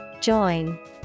Join